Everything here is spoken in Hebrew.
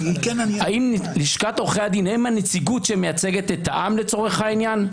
האם לשכת עורכי הדין הם הנציגות שמייצגת את העם לצורך העניין?